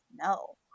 No